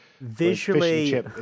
visually